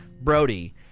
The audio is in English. brody